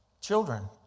Children